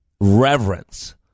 reverence